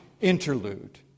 interlude